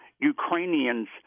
Ukrainians –